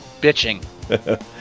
bitching